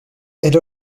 elle